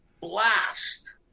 blast